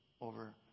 over